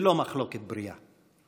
ולא מחלוקת בריאה.